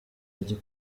izajya